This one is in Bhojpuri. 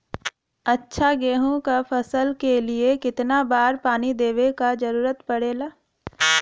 अच्छा गेहूँ क फसल के लिए कितना बार पानी देवे क जरूरत पड़ेला?